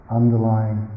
underlying